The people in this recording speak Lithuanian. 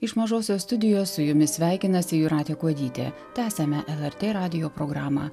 iš mažosios studijos su jumis sveikinasi jūratė kuodytė tęsiame lrt radijo programą